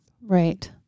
Right